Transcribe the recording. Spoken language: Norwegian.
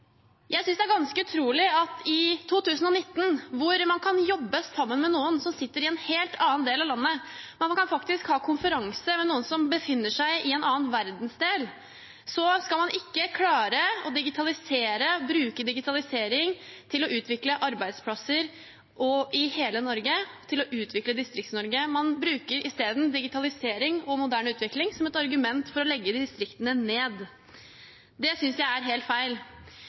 Jeg synes det er ganske utrolig at i 2019, da man kan jobbe sammen med noen som sitter i en helt annen del av landet, ja man kan faktisk ha konferanse med noen som befinner seg i en annen verdensdel, skal man ikke klare å bruke digitalisering til å utvikle arbeidsplasser i hele Norge, til å utvikle Distrikts-Norge. Man bruker isteden digitalisering og moderne utvikling som et argument for å legge distriktene ned. Det synes jeg er helt feil.